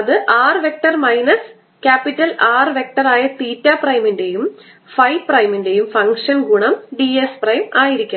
അത് r vector minus R vector ഉപരിതലത്തിൽ ആയ തീറ്റ പ്രൈമിന്റെയും ഫൈ പ്രൈമിന്റെയും ഫംഗ്ഷൻ ഗുണം dS പ്രൈം ആയിരിക്കണം